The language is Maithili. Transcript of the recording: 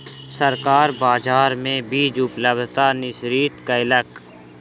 सरकार बाजार मे बीज उपलब्धता निश्चित कयलक